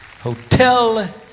Hotel